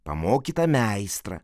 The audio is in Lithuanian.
pamokytą meistrą